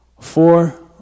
four